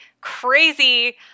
crazy